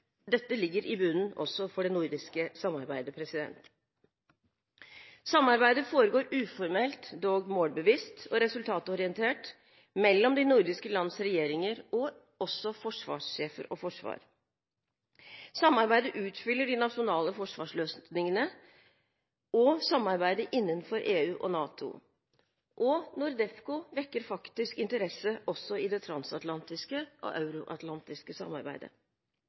dette ligger i bunnen også for det nordiske samarbeidet. Samarbeidet foregår uformelt, dog målbevisst og resultatorientert mellom de nordiske lands regjeringer, forsvarssjefer og forsvar. Samarbeidet utfyller de nasjonale forsvarsløsningene og samarbeidet innenfor EU og NATO. NORDEFCO vekker faktisk interesse også i det transatlantiske og euroatlantiske samarbeidet.